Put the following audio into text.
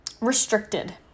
Restricted